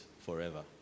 forever